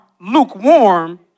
lukewarm